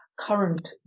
current